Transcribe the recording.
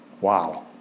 Wow